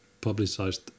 publicized